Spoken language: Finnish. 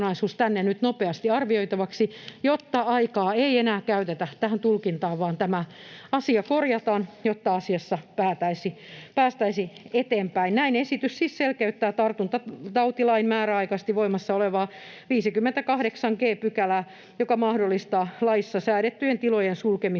tänne nyt nopeasti arvioitavaksi, jotta aikaa ei enää käytetä tähän tulkintaan vaan tämä asia korjataan, jotta asiassa päästäisiin eteenpäin. Näin esitys siis selkeyttää tartuntatautilain määräaikaisesti voimassa olevaa 58 g §:ää, joka mahdollistaa laissa säädettyjen tilojen sulkemisen